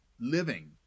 living